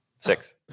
Six